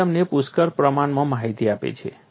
તે તમને પુષ્કળ પ્રમાણમાં માહિતી આપે છે